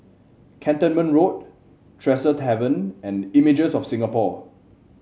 Cantonment Road Tresor Tavern and Images of Singapore